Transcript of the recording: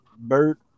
Bert